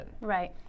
Right